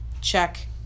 Check